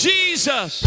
Jesus